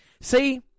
See